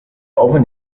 owen